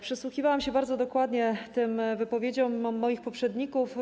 Przysłuchiwałam się bardzo dokładnie wypowiedziom moich poprzedników.